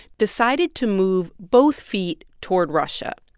decided to move both feet toward russia.